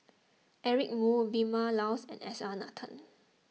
Eric Moo Vilma Laus and S R Nathan